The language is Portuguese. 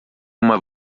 uma